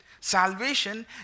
Salvation